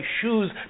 shoes